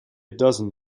dozen